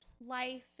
life